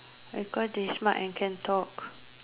because they smart and can talk